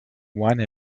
one